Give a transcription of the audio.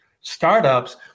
startups